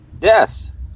Yes